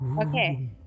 Okay